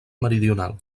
meridional